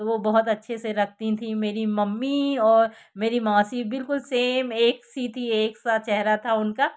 तो वो बहुत अच्छे से रखती थी मेरी मम्मी और मेरी मौसी बिलकुल सेम एक सी थी एक सा चेहरा था उनका